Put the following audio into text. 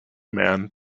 man